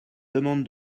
demande